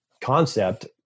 concept